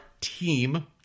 team